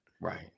right